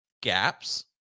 gaps